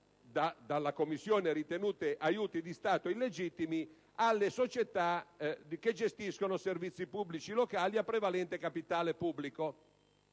fiscali, considerate aiuti di Stato illegittimi, alle società che gestiscono servizi pubblici locali a prevalente capitale pubblico.